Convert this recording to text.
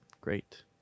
great